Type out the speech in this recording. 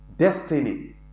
Destiny